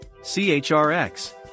chrx